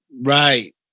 Right